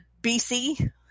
bc